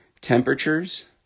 temperatures